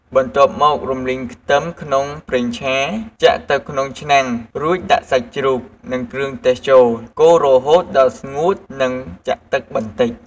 បន្ទាប់មក រំលីងខ្ទឹមក្នុងប្រេងឆា ចាក់ទៅក្នុងឆ្នាំងរួចដាក់សាច់ជ្រូក និងគ្រឿងទេសចូល កូររហូតដល់ស្ងួតនឹងចាក់ទឹកបន្តិច។